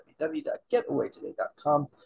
www.getawaytoday.com